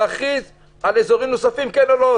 להכריז על אזורים נוספים כן או לא.